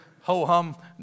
ho-hum